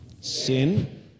Sin